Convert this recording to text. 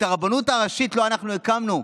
את הרבנות הראשית לא אנחנו הקמנו,